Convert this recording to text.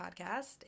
Podcast